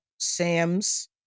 Sam's